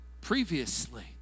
previously